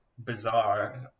bizarre